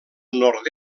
nord